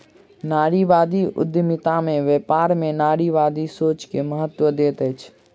नारीवादी उद्यमिता में व्यापार में नारीवादी सोच के महत्त्व दैत अछि